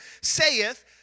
saith